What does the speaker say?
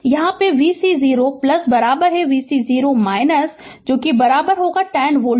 यहां vc 0 vc 0 10 volt